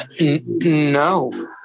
No